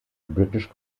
british